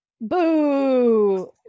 Boo